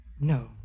No